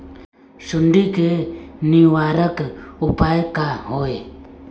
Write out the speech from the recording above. सुंडी के निवारक उपाय का होए?